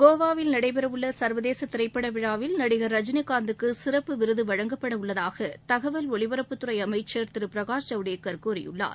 கோவாவில் நடைபெறவுள்ள சர்வதேச திரைப்பட விழாவில் நடிகர் ரஜினிகாந்துக்கு சிறப்பு விருது வழங்கப்படவுள்ளதாக தகவல் ஒலிபரப்புத்துறை அமைச்சர் திரு பிரகாஷ் ஜவடேகர் கூறியுள்ளார்